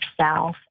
South